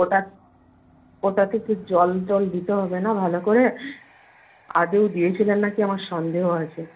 ওটা ওটাতে তো জল টল দিতে হবে না ভালো করে আদৌ দিয়েছিলেন নাকি আমার সন্দেহ আছে